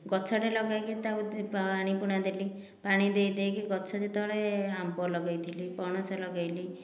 ଗଛଟେ ଲଗାଇକି ତାକୁ ପାଣି ପୂଣା ଦେଲି ପାଣି ଦେଇ ଦେଇକି ଗଛ ଯେତେବେଳେ ଆମ୍ବ ଲଗାଇଥିଲି ପଣସ ଲଗାଇଲି